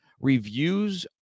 Reviews